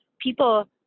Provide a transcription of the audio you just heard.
people